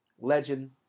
Legend